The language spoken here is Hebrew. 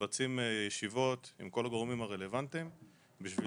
ומבצעים ישיבות עם כל הגורמים הרלוונטיים בשביל